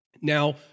Now